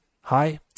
hi